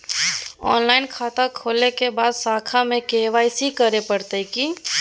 Online खाता खोलै के बाद शाखा में के.वाई.सी करे परतै की?